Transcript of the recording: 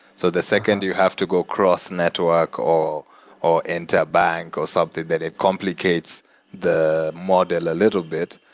so the second you have to go cross-network, or or interbank, or something, that it complicates the model a little bit.